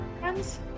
friends